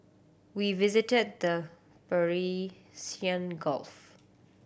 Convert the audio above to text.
we visited the Gulf